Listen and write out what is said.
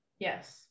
Yes